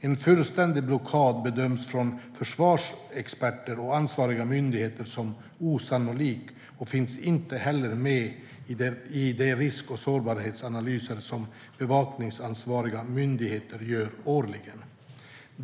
En fullständig blockad bedöms av försvarsexperter och ansvariga myndigheter som osannolikt och finns inte med i de risk och sårbarhetsanalyser som de bevakningsansvariga myndigheterna gör årligen.